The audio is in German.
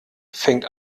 fängt